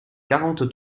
quarante